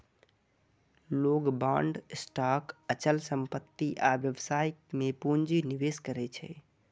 लोग bond, stock, अचल संपत्ति आ व्यवसाय मे पूंजी निवेश करै छै